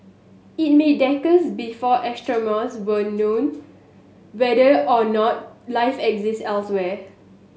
it may decades before astronomers will know whether or not life exist elsewhere